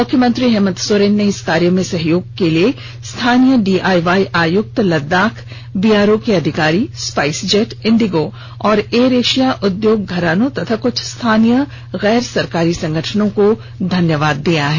मुख्यमंत्री हेमंत सोरेन ने इस कार्य में सहयोग के लिए स्थानीय डीआईवाई आयक्त लद्दाख बीआरओ के अधिकारी स्पाइस जेट इंडिगो और एयर एशिया उद्योग घरानों और क्छ स्थानीय गैर सरकारी संगठन को धन्यवाद दिया है